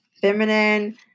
feminine